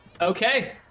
Okay